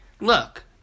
look